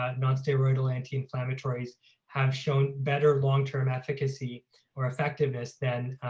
ah nonsteroidal anti-inflammatories have shown better long-term efficacy or effectiveness than